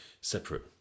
separate